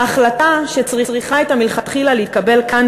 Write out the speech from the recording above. ההחלטה שצריכה הייתה מלכתחילה להתקבל כאן,